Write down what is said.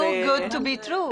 זה יותר מדי טוב מכדי להיות אמיתי.